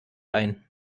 ein